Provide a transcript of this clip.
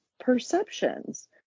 perceptions